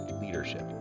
leadership